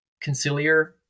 conciliar